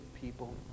people